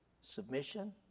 submission